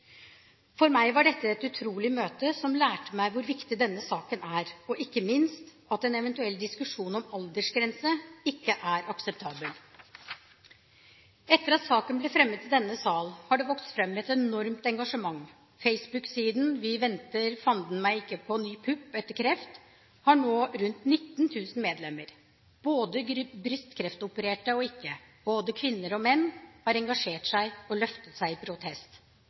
For meg var dette et utrolig møte, som lærte meg hvor viktig denne saken er, og ikke minst at en eventuell diskusjon om aldersgrense ikke er akseptabel. Etter at saken ble fremmet i denne sal, har det vokst fram et enormt engasjement. Facebook-siden «Vi venter fandenmeg ikke på ny pupp etter kreft» har nå rundt 19 000 medlemmer. Både brystkreftopererte og ikke-brystkreftopererte, både kvinner og menn har engasjert seg og løftet seg i protest.